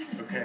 Okay